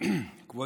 אקרא